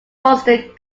boston